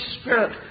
Spirit